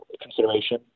consideration